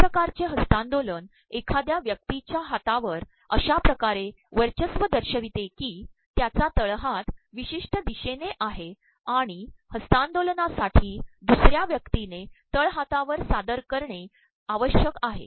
या िकारचे हस्त्तांदोलन एखाद्या व्यक्तीच्या हातावर अशा िकारे वचयस्त्व दशयप्रवते की त्याचा तळहात प्रवमशष्ि द्रदशेने आहे आणण हस्त्तांदोलनासाठी दसु र्या व्यक्तीने तळहातावर सादर करणे आवश्यक आहे